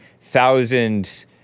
thousand